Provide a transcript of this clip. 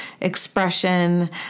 expression